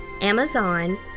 Amazon